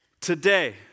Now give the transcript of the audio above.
Today